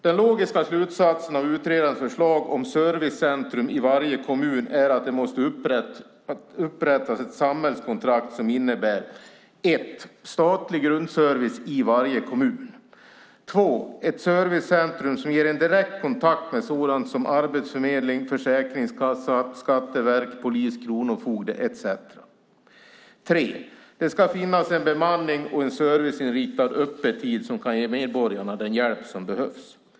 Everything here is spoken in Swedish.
Den logiska slutsatsen av utredarens förslag om servicecentrum i varje kommun är att det måste upprättas ett samhällskontrakt som innebär statlig grundservice i varje kommun och ett servicecentrum som ger en direkt kontakt med sådant som arbetsförmedling, försäkringskassa, skatteverk, polis, kronofogde etc. Det ska finnas en bemanning och en serviceinriktad öppettid som kan ge medborgarna den hjälp som behövs.